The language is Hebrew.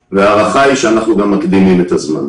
וההערכה היא שאנחנו גם מקדימים את הזמן.